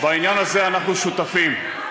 בעניין הזה אנחנו שותפים.